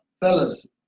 fellas